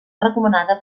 recomanada